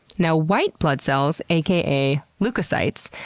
now, white blood cells, aka leukocytes,